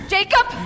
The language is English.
Jacob